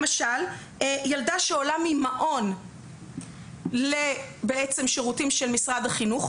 למשל ילדה שעולה ממעון לשירותים של משרד החינוך,